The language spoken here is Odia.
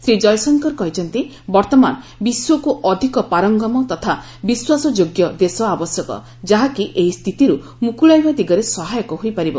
ଶ୍ରୀ ଜୟଶଙ୍କର କହିଛନ୍ତି ବର୍ତ୍ତମାନ ବିଶ୍ୱକୁ ଅଧିକ ପାରଙ୍ଗମ ତଥା ବିଶ୍ୱାସଯୋଗ୍ୟ ଦେଶ ଆବଶ୍ୟକ ଯାହାକି ଏହି ସ୍ଥିତିରୁ ମୁକୁଳାଇବା ଦିଗରେ ସହାୟକ ହୋଇପାରିବ